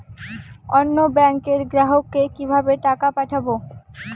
অন্য ব্যাংকের গ্রাহককে কিভাবে টাকা পাঠাবো?